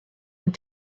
and